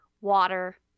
water